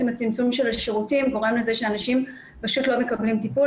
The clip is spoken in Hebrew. הצמצום של השירותים גורם לזה שאנשים פשוט לא מקבלים טיפול,